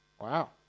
Wow